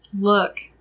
look